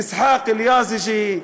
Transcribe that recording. אסחאק אל-יאזג'י,